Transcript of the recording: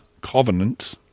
Covenant